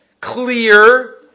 clear